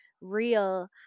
real